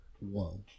Whoa